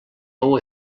fou